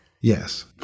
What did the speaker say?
Yes